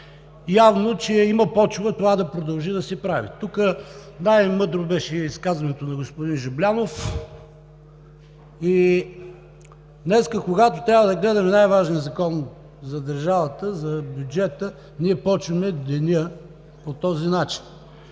Явно, че има почва това да продължи да се прави. Тук най-мъдро беше изказването на господин Жаблянов. Днес, когато трябва да гледаме най-важния за държавата Закон за бюджета, ние започваме деня по този начин.